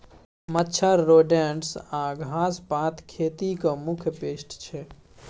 मच्छर, रोडेन्ट्स आ घास पात खेतीक मुख्य पेस्ट छै